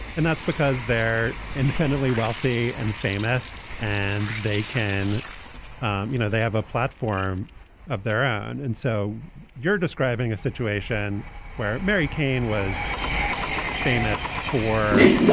and that's because they're independently wealthy and famous and they can you know they have a platform of their own. and so you're describing a situation where mary kane was famous for